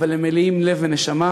אבל הם מלאים לב ונשמה.